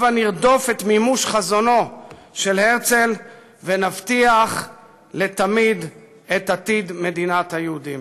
הבה נרדוף את מימוש חזונו של הרצל ונבטיח לתמיד את עתיד מדינת היהודים.